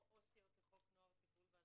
או עו"ס לחוק נוער (טיפול והשגחה)